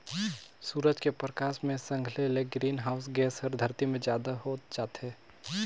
सूरज के परकास मे संघले ले ग्रीन हाऊस गेस हर धरती मे जादा होत जाथे